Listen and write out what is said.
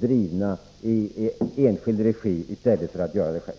driva i enskild regi som för daghem i kommunal regi?